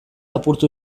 apurtu